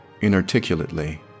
inarticulately